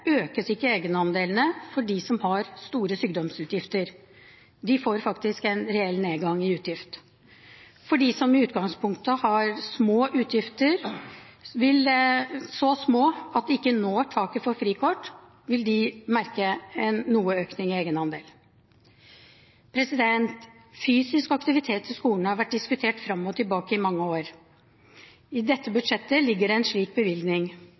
økes ikke egenandelen for dem som har store sykdomsutgifter. De får faktisk en reell nedgang i utgift. De som i utgangspunktet har så små utgifter at de ikke når taket for frikort, vil merke noe økning i egenandel. Fysisk aktivitet i skolen har vært diskutert fram og tilbake i mange år. I dette budsjettet ligger det en slik bevilgning.